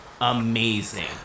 amazing